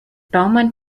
baumann